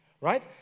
Right